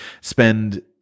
spend